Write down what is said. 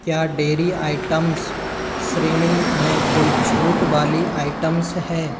क्या dairy items श्रेणी में कोई छूट वाली आइटम्स है